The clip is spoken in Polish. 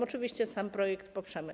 Oczywiście sam projekt poprzemy.